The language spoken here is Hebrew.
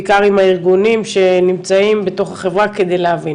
בעיקר עם הארגונים שנמצאים בתוך החברה, כדי להבין.